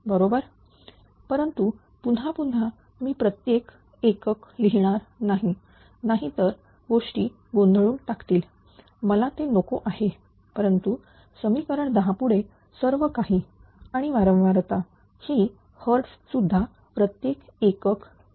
बरोबर परंतु पुन्हा पुन्हा मी प्रत्येक एकक लिहिणार नाही नाहीतर गोष्टी गोंधळून टाकतील मला ते नको आहे परंतु समिकरण 10 पुढे सर्वकाही आणि वारंवारता ही hertz सुद्धा प्रत्येक एकक आहे